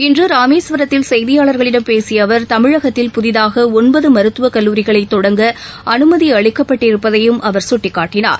இன்றராமேஸ்வரத்தில் செய்தியாளாகளிடம் பேசியஅவர் தமிழகத்தில் புதிதாகஒன்பதுமருத்துவக் கல்லூரிகளைதொடங்க அனுமதிஅளிக்கப்பட்டிருப்பதையும் அவர் சுட்டிக்காட்டினார்